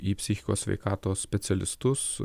į psichikos sveikatos specialistus